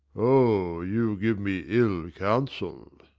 o, you give me ill counsel.